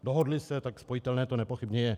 Dohodli se, tak spojitelné to nepochybně je.